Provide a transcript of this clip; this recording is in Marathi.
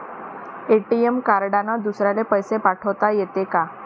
ए.टी.एम कार्डने दुसऱ्याले पैसे पाठोता येते का?